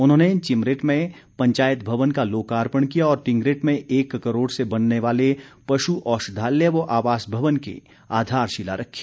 उन्होंने चिमरेट में पंचायत भवन का लोकार्पण किया और टिंगरेट में एक करोड़ से बनने वाले पशु औषधालय व आवास भवन की आधारशिला रखी